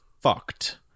fucked